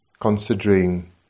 considering